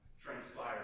transpired